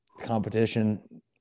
competition